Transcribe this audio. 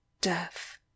death